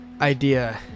idea